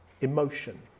emotion